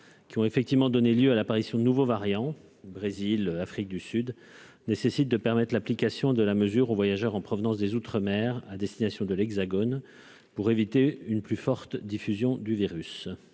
qui ont effectivement donné lieu à l'apparition de nouveaux variants, Brésil, Afrique du Sud, nécessite de permettre l'application de la mesure aux voyageurs en provenance des outre-mer à destination de l'Hexagone pour éviter une plus forte diffusion du virus,